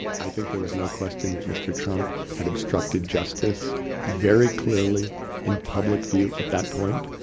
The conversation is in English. i think there was no question that mr. trump had obstructed justice very clearly in public view at that point.